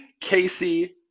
casey